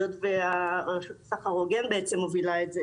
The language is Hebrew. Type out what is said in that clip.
היות שרשות סחר הוגן מובילה את זה